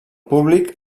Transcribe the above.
públic